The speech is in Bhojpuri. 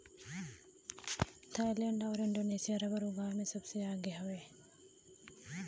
थाईलैंड आउर इंडोनेशिया रबर उगावे में सबसे आगे हउवे